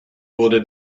wurde